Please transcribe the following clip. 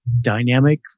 dynamic